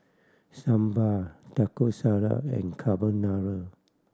Sambar Taco Salad and Carbonara